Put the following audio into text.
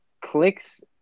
clicks